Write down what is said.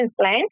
plan